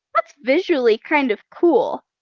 that's visually kind of cool.